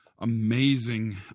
amazing